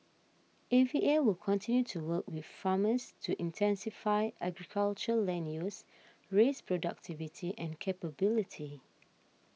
A V A will continue to work with farmers to intensify agriculture land use raise productivity and capability